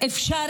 אפשר